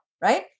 right